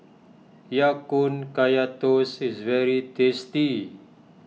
Ya Kun Kaya Toast is very tasty